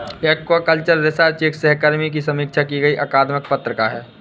aquaculture research एक सहकर्मी की समीक्षा की गई अकादमिक पत्रिका है